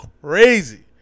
crazy